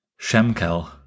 Shemkel